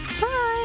Bye